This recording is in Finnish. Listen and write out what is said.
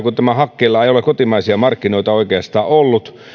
hakkeella ei ole kotimaisia markkinoita oikeastaan ollut